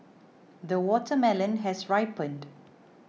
the watermelon has ripened